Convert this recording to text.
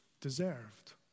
deserved